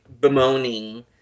bemoaning